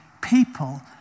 people